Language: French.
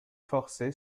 forcé